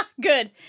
Good